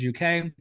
UK